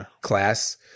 class